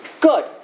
Good